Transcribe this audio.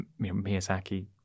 Miyazaki